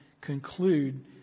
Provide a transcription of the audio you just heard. conclude